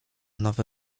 nowy